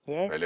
Yes